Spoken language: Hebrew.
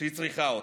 כשהיא צריכה אותם.